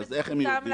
אז איך הם לא יודעים?